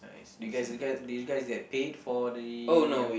nice did guys did guys did you guys get paid for the